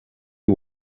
you